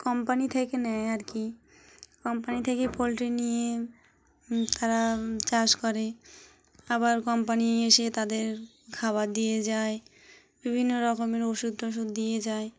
company থেকে নেয় আর কি কোম্পানি থেকে পোলট্রি নিয়ে তারা চাষ করে আবার কোম্পানি এসে তাদের খাবার দিয়ে যায় বিভিন্ন রকমের ওষুধ টষুধ দিয়ে যায়